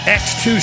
x2